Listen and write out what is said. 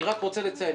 אני רוצה לציין,